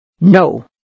No